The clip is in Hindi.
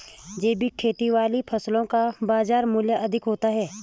जैविक खेती वाली फसलों का बाजार मूल्य अधिक होता है